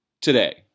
today